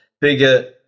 bigger